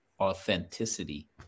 authenticity